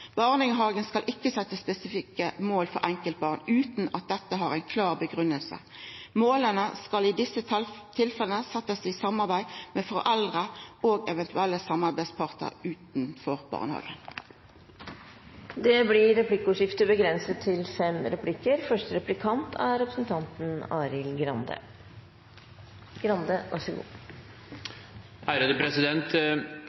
Barnehagen skal ikkje setja spesifikke mål for enkeltbarn utan at dette har ei klar grunngiving. Måla skal i desse tilfella setjast i samarbeid med foreldre og eventuelle samarbeidspartar utanfor barnehagen. Det blir replikkordskifte. Ingen er vel egentlig overrasket over at det er et massivt barnehageopprør mot regjeringen og